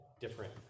different